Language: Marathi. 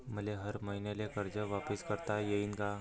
मले हर मईन्याले कर्ज वापिस करता येईन का?